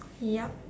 yup